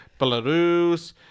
Belarus